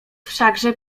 wszakże